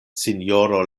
sinjoro